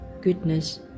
goodness